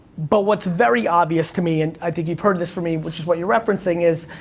but what's very obvious to me, and i think you've heard this from me, which is what you're referencing, is,